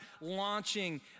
launching